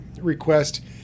request